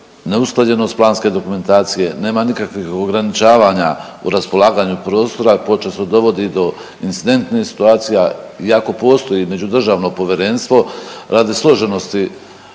neusklađenost planske dokumentacije, nema nikakvih ograničavanja u raspolaganju prostora počesto dovodi do incidentnih situacija i ako postoji međudržavno povjerenstvo radi složenosti